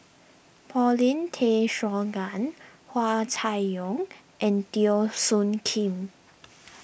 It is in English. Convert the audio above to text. Paulin Tay Straughan Hua Chai Yong and Teo Soon Kim